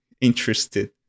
interested